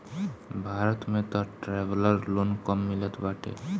भारत में तअ traveller loan कम मिलत बाटे